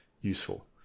useful